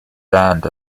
land